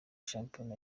shampiyona